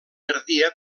perdia